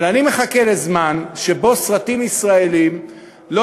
אבל אני מחכה לזמן שבו סרטים ישראליים לא